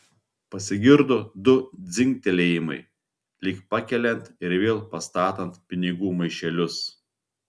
pasigirdo du dzingtelėjimai lyg pakeliant ir vėl pastatant pinigų maišelius